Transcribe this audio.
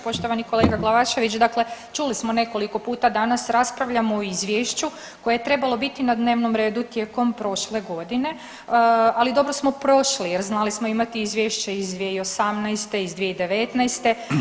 Poštovani kolega Glavašević dakle čuli smo nekoliko puta danas raspravljamo o izvješću koje je trebalo biti na dnevnom redu tijekom prošle godine, ali dobro smo prošli jer znali smo imati izvješće iz 2018. iz 2019.